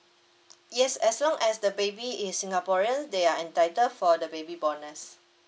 yes as long as the baby is singaporean they are entitled for the baby bonus